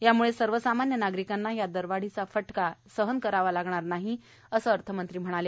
त्यामुळे सर्वसामान्य नागरिकांना या दरवाढीचा फटका सहन करावा लागणार नाही असे अर्थमंत्र्यांनी सांगितले